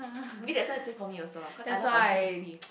maybe that's why he stays for me also lah cause I laugh other courtesy